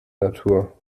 natur